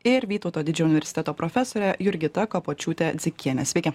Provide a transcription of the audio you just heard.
ir vytauto didžiojo universiteto profesore jurgita kapočiūtė dzikiene sveiki